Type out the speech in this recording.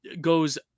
goes